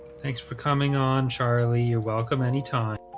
thanks for coming on charlie. you're welcome anytime